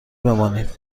بمانید